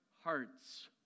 hearts